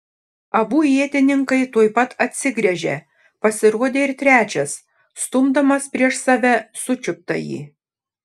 abu ietininkai tuoj pat atsigręžė pasirodė ir trečias stumdamas prieš save sučiuptąjį